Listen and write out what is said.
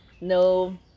No